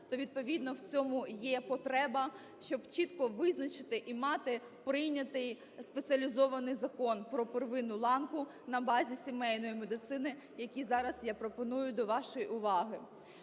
то відповідно в цьому є потреба, щоб чітко визначити і мати прийнятий спеціалізований Закон про первинну ланку на базі сімейної медицини, який зараз я пропоную до вашої уваги.